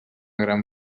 gran